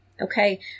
okay